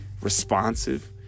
responsive